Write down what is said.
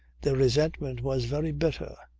their resentment was very bitter.